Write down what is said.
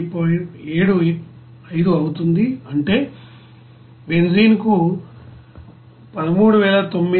75 అవుతుంది అంటే బెంజీన్ కు 13942